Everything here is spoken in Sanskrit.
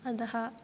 अतः